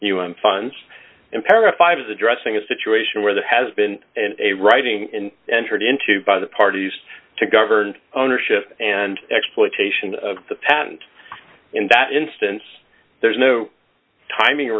un funds in para five is addressing a situation where there has been a writing and entered into by the parties to govern ownership and exploitation of the patent in that instance there's no timing